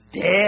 dead